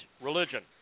religion